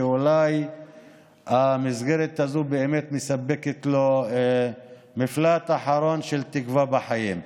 שאולי המסגרת הזאת באמת מספקת לו מפלט אחרון של תקווה בחיים.